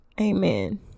amen